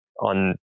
on